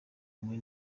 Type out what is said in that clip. imwe